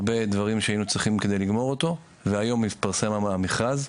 הרבה דברים שהיינו צריכים כדי לגמור אותו והיום התפרסם המכרז.